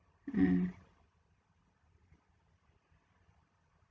mm